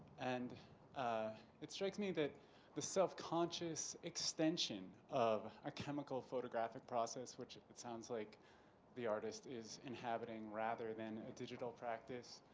and ah it strikes me that the self-conscious extension of a chemical photographic process, which it sounds like the artist is inhabiting rather than a digital practice